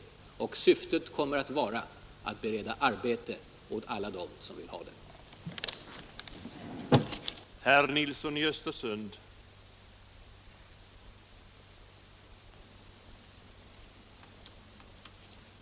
Syftet kommer Torsdagen den att vara att bereda arbete åt alla dem som vill ha det. 16 december 1976